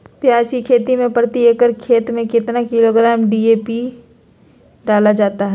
प्याज की खेती में प्रति एकड़ खेत में कितना किलोग्राम डी.ए.पी डाला जाता है?